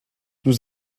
nous